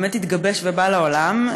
התגבש ובא לעולם,